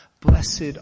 Blessed